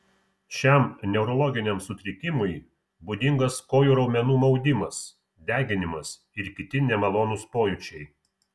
šiam neurologiniam sutrikimui būdingas kojų raumenų maudimas deginimas ir kiti nemalonūs pojūčiai